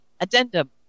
Addendum